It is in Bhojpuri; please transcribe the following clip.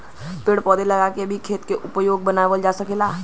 पेड़ पौधा लगा के भी खेत के उपयोगी बनावल जा सकल जाला